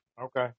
Okay